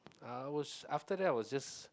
I was after that I was just